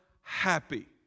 happy